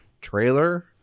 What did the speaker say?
trailer